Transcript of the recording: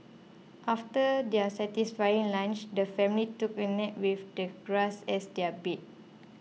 after their satisfying lunch the family took a nap with the grass as their bed